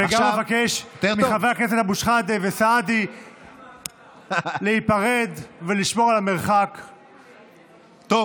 וגם אבקש מחברי הכנסת אבו שחאדה וסעדי להיפרד ולשמור את המרחק הנדרש.